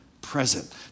present